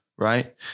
Right